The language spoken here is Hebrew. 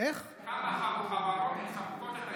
כמה חברות מספקות את הערכה?